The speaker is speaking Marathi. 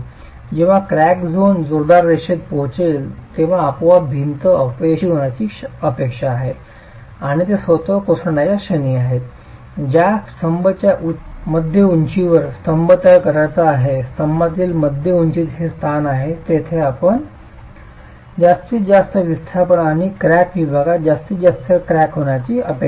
जेव्हा क्रॅक झोन जोरदार रेषेत पोहोचेल तेव्हा आपोआप भिंत अपयशी होण्याची अपेक्षा आहे आणि ते स्वतः कोसळण्याच्या क्षणी आहे ज्यास स्तंभच्या मध्य उंचीवर स्तंभ तयार करायचा आहे स्तंभातील मध्य उंचीच ते स्थान आहे जेथे आपण जास्तीत जास्त विस्थापन आणि क्रॅक विभागात जास्तीत जास्त क्रॅक होण्याची अपेक्षा करा